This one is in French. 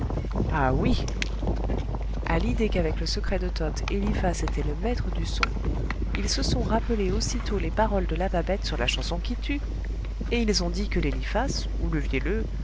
expliquer ah oui a l'idée qu'avec le secret de toth eliphas était le maître du son ils se sont rappelé aussitôt les paroles de la babette sur la chanson qui tue et ils ont dit que l'eliphas ou le vielleux